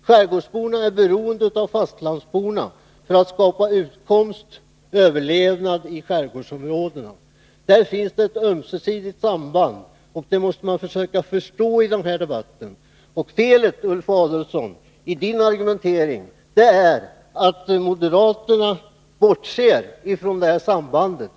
Skärgårdsborna är beroende av fastlandsborna för att skapa utkomstoch överlevnadsmöjligheter i skärgårdsområdena. Där finns ett ömsesidigt samband, och det måste man försöka förstå i de här debatterna. Felet i er argumentering, Ulf Adelsohn, är att moderaterna bortser ifrån detta samband.